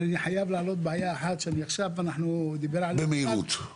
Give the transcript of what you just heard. אבל אני חייב להעלות בעיה אחת שעכשיו דיבר עליה עם השכר,